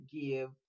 give